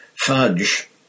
Fudge